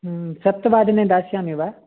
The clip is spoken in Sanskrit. ह्म् सप्तवादने दास्यामि वा